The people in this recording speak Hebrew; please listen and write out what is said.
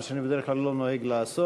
מה שאני בדרך כלל לא נוהג לעשות.